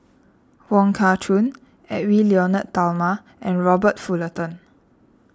Wong Kah Chun Edwy Lyonet Talma and Robert Fullerton